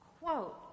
quote